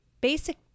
basic